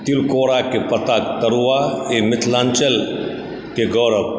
तिलकोराके पत्ताके तरुआ ई मिथिलाञ्चलके गौरव